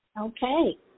okay